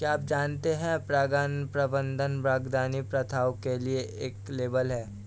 क्या आप जानते है परागण प्रबंधन बागवानी प्रथाओं के लिए एक लेबल है?